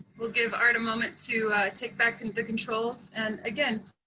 we'll give art a moment to take back and the controls. and again,